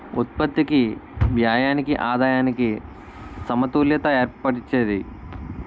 ఉత్పత్తికి వ్యయానికి ఆదాయానికి సమతుల్యత ఏర్పరిచేది